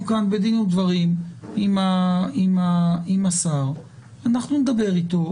כאן בדין ודברים עם השר אנחנו נדבר אתו.